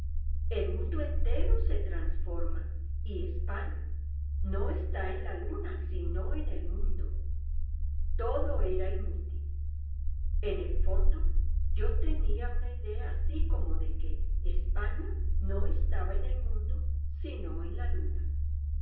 el mundo entero se transforma y españa no está en la luna sino en el mundo todo era inútil en el fondo yo tenía una idea así como de que españa no estaba en el mundo sino en la luna